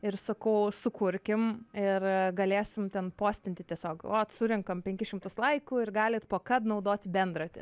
ir sakau sukurkim ir galėsim ten postinti tiesiog vat surenkam penkis šimtus laikų ir galit po kad naudoti bendratį